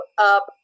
up